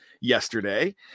yesterday